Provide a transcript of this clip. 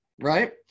right